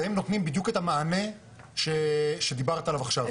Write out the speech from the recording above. והם נותנים בדיוק את המענה שדיברת עליו עכשיו.